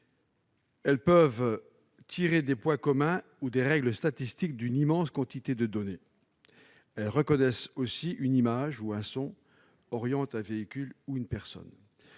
elles peuvent tirer des points communs ou des règles statistiques d'une immense quantité de données. Elles reconnaissent ainsi une image ou un son, orientent un véhicule ou une personne.